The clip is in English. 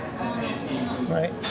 Right